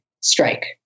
strike